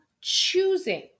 choosing